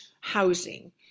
housing